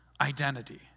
identity